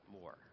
more